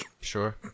sure